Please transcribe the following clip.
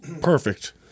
perfect